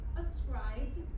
ascribed